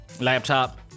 laptop